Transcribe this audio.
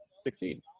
succeed